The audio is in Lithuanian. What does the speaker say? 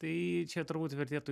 tai čia turbūt vertėtų